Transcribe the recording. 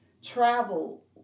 Travel